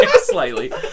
slightly